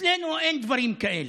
אצלנו אין דברים כאלה.